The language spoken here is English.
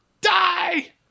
die